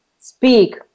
speak